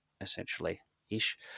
essentially-ish